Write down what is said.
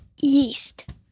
Yeast